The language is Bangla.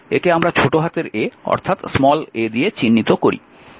একে আমরা ছোট হাতের a অর্থাৎ স্মল a দিয়ে চিহ্নিত করি